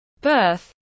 Birth